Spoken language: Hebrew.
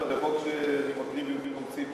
זה חוק שאני מקריא את התשובה עליו במקום ציפי,